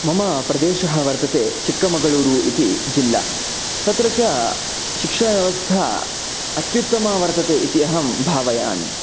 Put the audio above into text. मम प्रदेशः वर्तते चिक्कमगलूरु इति जिल्ला तत्र च शिक्षाव्यवस्था अत्युत्तमा वर्तते इति अहं भावयामि